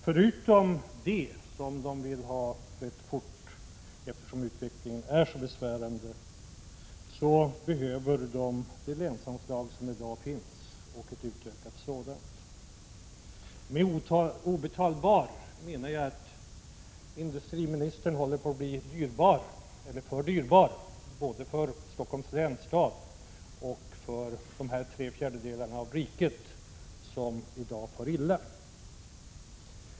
Förutom detta, som människorna vill ha rätt fort, eftersom utvecklingen är så besvärande, behöver de det länsanslag som i dag finns — och ett utökat sådant. Med ”obetalbar” menar jag att industriministern håller på att bli för dyrbar både för Stockholms län och Stockholms kommun och för dessa tre fjärdedelar av riket som i dag far illa.